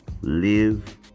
Live